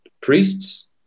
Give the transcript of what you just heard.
priests